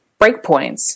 breakpoints